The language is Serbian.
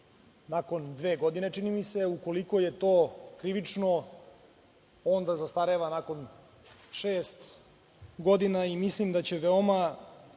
nakon dve godine, čini mi se. Ukoliko je to krivično, onda zastareva nakon šest godina. Mislim da će veoma